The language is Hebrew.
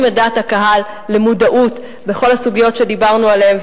את דעת הקהל למודעות לכל הסוגיות שדיברנו עליהן,